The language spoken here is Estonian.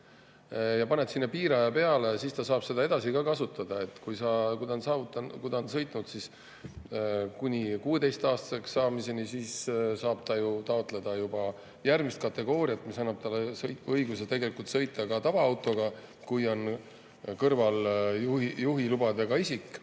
ja paned sinna piiraja peale, siis ta saab seda edasi ka kasutada. Kui ta on sõitnud kuni 16-aastaseks saamiseni, siis ta saab ju taotleda juba järgmise kategooria [juhiluba], mis annab talle õiguse sõita ka tavaautoga, kui kõrval on juhiloaga isik.